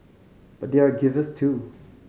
but they are givers too